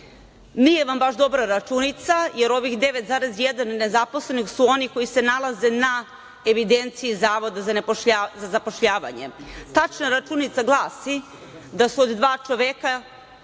nije vam baš dobra računica, jer ovih 9,1% nezaposlenih su oni koji se nalaze na evidenciji Zavoda za zapošljavanje. Tačna računica glasi da od dva čoveka